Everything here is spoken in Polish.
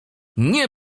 nie